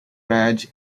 badge